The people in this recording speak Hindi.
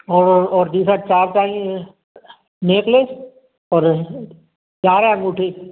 और और जी सर चार चाहिए नेकलेस और चार अंगूठी